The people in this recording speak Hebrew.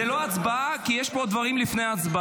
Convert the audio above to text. זו לא הצבעה, כי יש פה עוד דברים לפני ההצבעה.